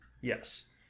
Yes